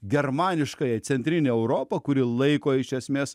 germaniškąją centrinę europą kuri laiko iš esmės